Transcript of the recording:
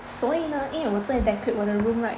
所以呢因我在 decorate 我的 room right